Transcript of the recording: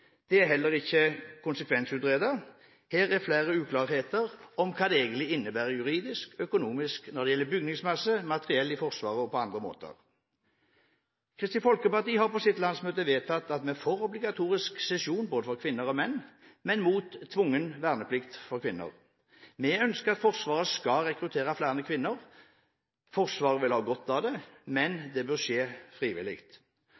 Det er heller ikke konsekvensutredet. Det er flere uklarheter om hva dette egentlig innebærer juridisk, økonomisk, når det gjelder bygningsmasse, materiell i Forsvaret og på andre måter. Kristelig Folkeparti har på sitt landsmøte vedtatt at vi er for obligatorisk sesjon for både kvinner og menn, men mot tvungen verneplikt for kvinner. Vi ønsker at Forsvaret skal rekruttere flere kvinner. Forsvaret vil ha godt av det,